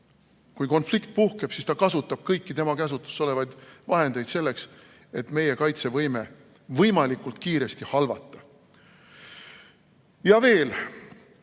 Kui konflikt puhkeb, siis ta kasutab kõiki tema käsutuses olevaid vahendeid selleks, et meie kaitsevõime võimalikult kiiresti halvata. Ja veel: